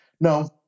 no